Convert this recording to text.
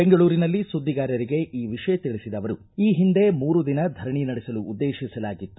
ಬೆಂಗಳೂರಿನಲ್ಲಿ ಸುದ್ದಿಗಾರರಿಗೆ ಈ ವಿಷಯ ತಿಳಿಸಿದ ಅವರು ಈ ಹಿಂದೆ ಮೂರು ದಿನ ಧರಣಿ ನಡೆಸಲು ಉದ್ದೇಶಿಸಲಾಗಿತ್ತು